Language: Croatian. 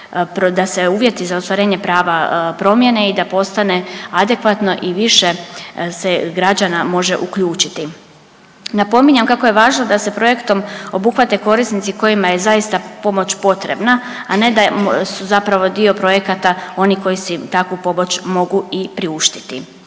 da se uvjeti za ostvarenje prava promijene i da postane adekvatno i više se građana može uključiti. Napominjem kako je važno da se projektom obuhvate korisnici kojima je zaista pomoć potrebna, a ne da su zapravo dio projekata oni koji si takvu pomoć mogu i priuštiti.